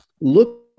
look